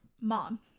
mom